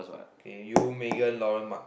K you Megan Laurance Mark